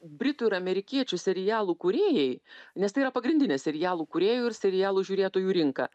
britų ir amerikiečių serialų kūrėjai nes tai yra pagrindinė serialų kūrėjų ir serialų žiūrėtojų rinka